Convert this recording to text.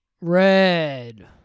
Red